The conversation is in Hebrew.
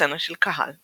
בסצנה של קהל.